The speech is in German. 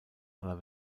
aller